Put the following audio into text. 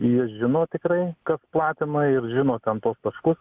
jie žino tikrai kas platina ir žino ten tuos taškus